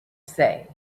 say